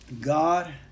god